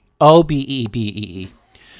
o-b-e-b-e-e